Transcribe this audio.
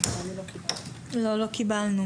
לא, לא קיבלנו.